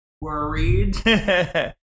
Worried